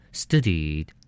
studied